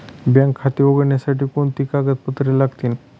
Bank खाते उघडण्यासाठी कोणती कागदपत्रे लागतील?